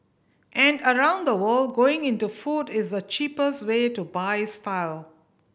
and around the world going into food is the cheapest way to buy style